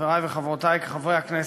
חברי וחברותי חברי הכנסת,